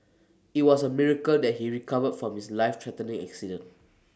IT was A miracle that he recovered from his life threatening accident